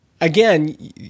again